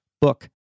book